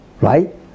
right